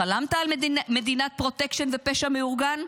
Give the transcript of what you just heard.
חלמת על מדינת פרוטקשן ופשע מאורגן?